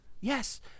Yes